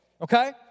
okay